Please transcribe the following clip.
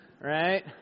Right